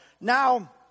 Now